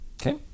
Okay